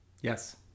yes